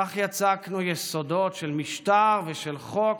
כך יצקנו יסודות של משטר ושל חוק,